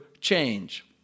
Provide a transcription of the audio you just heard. change